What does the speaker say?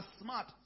smart